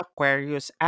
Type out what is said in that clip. Aquarius